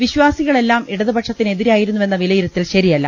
വിശ്വാസികളെല്ലാം ഇട തു പക്ഷത്തിനെതിരായിരുന്നുവെന്ന വിലയിരുത്തൽ ശരിയല്ല